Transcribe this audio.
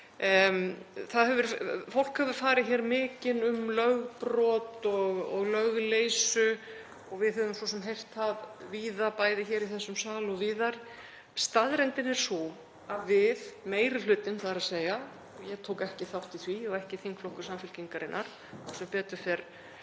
Fólk hefur farið hér mikinn um lögbrot og lögleysu og við höfum svo sem heyrt það víða, bæði hér í þessum sal og víðar. Staðreyndin er sú að við — þ.e. meiri hlutinn, ég tók ekki þátt í því og ekki þingflokkur Samfylkingarinnar og sem betur fer